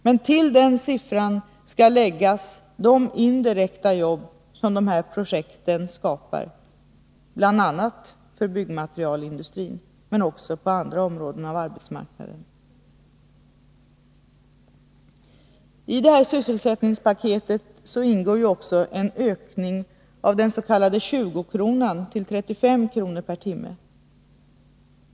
Men till den siffran skall läggas de indirekta jobb som dessa projekt skapar, bl.a. för byggmaterialindustrin men också på andra områden av arbetsmarknaden. I detta sysselsättningspaket ingår också en ökning av den s.k. 20-kronan till 35 kr. per timme.